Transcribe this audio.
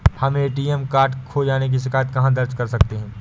हम ATM card खो जाने की शिकायत कहाँ दर्ज कर सकते हैं?